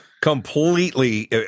completely